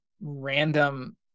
Random